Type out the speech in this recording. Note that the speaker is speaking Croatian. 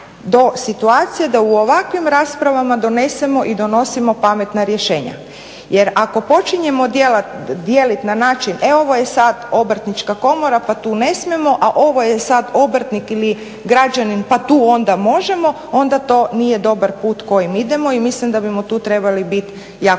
do situacije da u ovakvim raspravama donesemo i donosimo pametna rješenja. Jer ako počinjemo dijelit na način e ovo je sad Obrtnička komora pa tu ne smijemo, a ovo je sad obrtnik ili građanin pa tu onda možemo, onda to nije dobar put kojim idemo i mislim da bismo tu trebali bit jako,